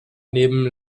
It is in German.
neben